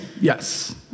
yes